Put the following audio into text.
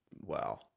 Wow